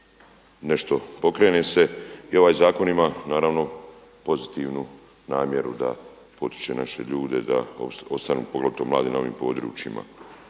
nešto pokrene se. I ovaj zakon ima naravno pozitivnu namjeru da potiče naše ljude da ostanu, poglavito mladi na ovim područjima.